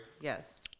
Yes